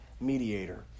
mediator